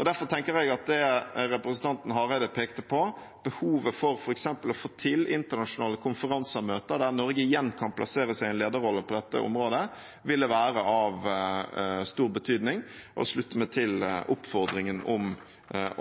Derfor tenker jeg at det representanten Hareide pekte på, behovet for f.eks. å få til internasjonale konferanser der Norge igjen kan plassere seg i en lederrolle på dette området, ville være av stor betydning, og jeg slutter meg til oppfordringen om